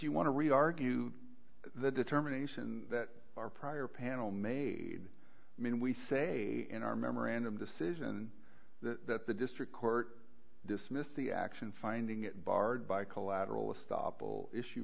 you want to read argue the determination that our prior panel made i mean we say in our memorandum decision that the district court dismissed the action finding it barred by collateral estoppel issue